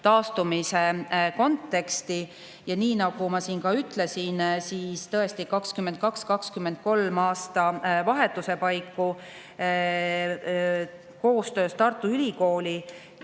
taastumise konteksti. Nii nagu ma siin ka ütlesin, tõesti 2022/2023 aastavahetuse paiku koostöös Tartu Ülikooli